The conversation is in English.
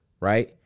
right